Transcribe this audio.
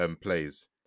plays